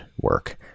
work